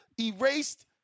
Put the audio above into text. erased